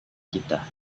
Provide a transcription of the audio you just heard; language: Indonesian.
kita